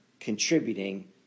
contributing